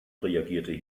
reagierte